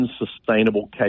unsustainable